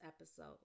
episode